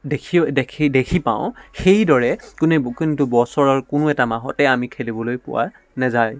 দেখি দেখি দেখি পাওঁ সেইদৰে কোনে কিন্তু বছৰৰ কোনো এটা মাহতে আমি খেলিবলৈ পোৱা নাযায়